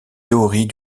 théories